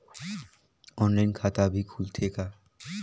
Online खाता भी खुलथे का?